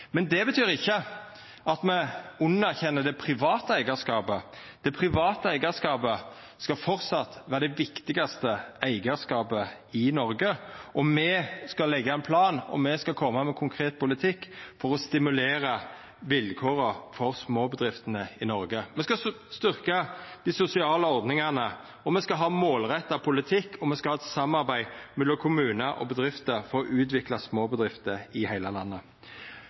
Men det betyr ikkje at me underkjenner det private eigarskapet. Det private eigarskapet skal framleis vera det viktigaste eigarskapet i Noreg, og me skal leggja ein plan, og me skal koma med konkret politikk for å stimulera vilkåra for småbedriftene i Noreg. Me skal styrkja dei sosiale ordningane, me skal ha ein målretta politikk, og me skal ha eit samarbeid mellom kommunar og bedrifter for å utvikla småbedrifter i heile landet.